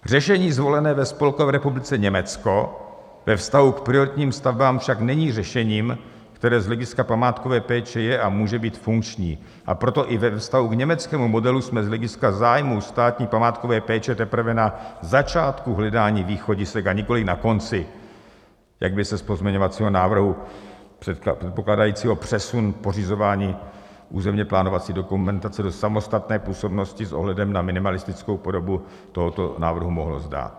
Řešení zvolené ve Spolkové republice Německo ve vztahu k prioritním stavbám však není řešením, které z hlediska památkové péče je a může být funkční, a proto i ve vztahu k německému modelu jsme z hlediska zájmů státní památkové péče teprve na začátku hledání východisek, a nikoli na konci, jak by se z pozměňovacího návrhu, předpokládajícího přesun pořizování územně plánovací dokumentace do samostatné působnosti s ohledem na minimalistickou podobu tohoto návrhu mohlo zdát.